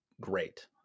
great